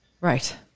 Right